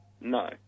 No